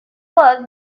work